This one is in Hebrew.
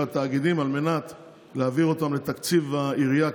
התאגידים על מנת להעביר אותם לתקציב העירייה,